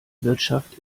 wirtschaft